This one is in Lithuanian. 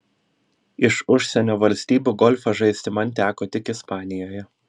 iš užsienio valstybių golfą žaisti man teko tik ispanijoje